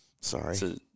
Sorry